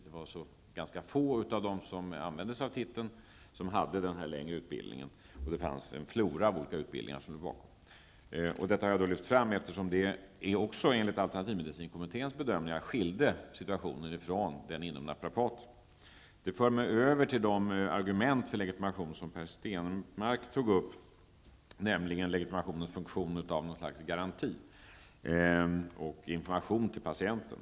Det var ganska få av dem som använde sig av titeln som hade denna längre utbildning, och det fanns en flora av olika utbildningar. Detta har jag lyft fram, eftersom detta också enligt alternativmedicinkommitténs bedömningar skilde situationen från den som gällde naprapaterna. Detta för mig över till de argument för legitimation som Per Stenmarck tog upp, nämligen legitimation som något slags garanti och information till patienterna.